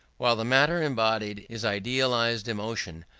while the matter embodied is idealized emotion,